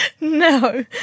No